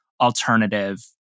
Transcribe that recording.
alternative